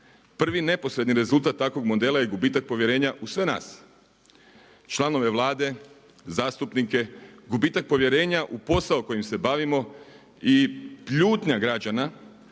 Prvi neposredni rezultat takvog modela je gubitak povjerenja u sve nas, članove Vlade, zastupnike, gubitak povjerenja u posao kojim se bavimo i ljutnja građana